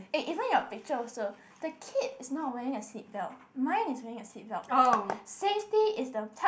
eh even your picture also the kid is not wearing a seat belt mine is wearing a seat belt safety is the top